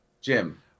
Jim